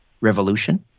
revolution